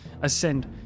ascend